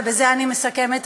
ובזה אני מסכמת,